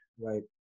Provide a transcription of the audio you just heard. right